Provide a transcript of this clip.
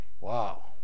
Wow